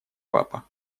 папа